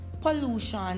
pollution